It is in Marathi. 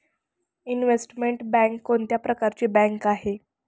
इनव्हेस्टमेंट बँक कोणत्या प्रकारची बँक आहे?